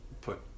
put